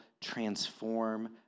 transform